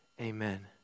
Amen